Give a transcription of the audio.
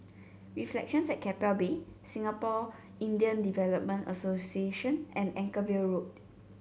Reflections at Keppel Bay Singapore Indian Development Association and Anchorvale Road